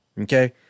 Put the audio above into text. okay